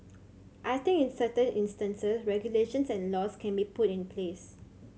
I think in certain instances regulations and laws can be put in place